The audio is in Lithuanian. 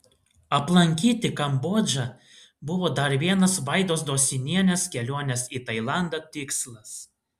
aplankyti kambodžą buvo dar vienas vaidos dosinienės kelionės į tailandą tikslas